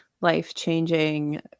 life-changing